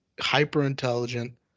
hyper-intelligent